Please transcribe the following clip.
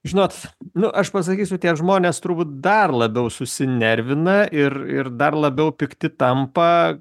žinot nu aš pasakysiu tie žmonės turbūt dar labiau susinervina ir ir dar labiau pikti tampa